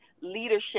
leadership